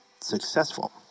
successful